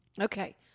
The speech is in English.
okay